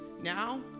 Now